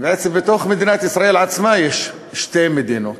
שבעצם בתוך מדינת ישראל עצמה יש שתי מדינות,